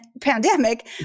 pandemic